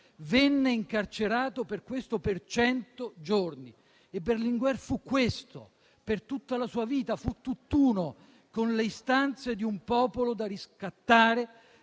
Venne incarcerato per cento giorni. Berlinguer fu questo: per tutta la sua vita fu tutt'uno con le istanze di un popolo da riscattare,